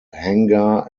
hangar